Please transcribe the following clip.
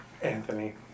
Anthony